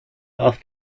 auf